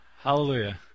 Hallelujah